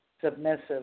Submissive